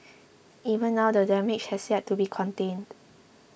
even now the damage has yet to be contained